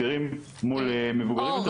צעירים מול מבוגרים.